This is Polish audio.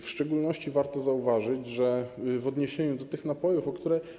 W szczególności warto zauważyć, że w odniesieniu do tych napojów, które.